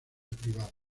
privada